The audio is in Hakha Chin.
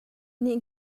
nih